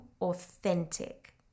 authentic